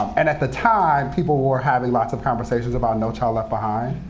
and at the time, people were having lots of conversations about no child left behind.